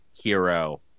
hero